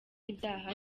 ibyaha